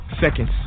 seconds